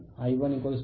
और यह I2 है